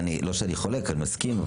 מסכים,